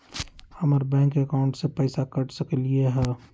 हमर bank account से पैसा कट सकलइ ह?